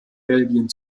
belgien